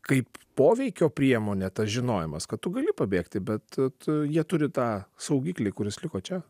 kaip poveikio priemonė tas žinojimas kad tu gali pabėgti bet jie turi tą saugiklį kuris liko čia